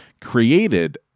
created